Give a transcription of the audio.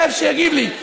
בכיף, שיגיד לי.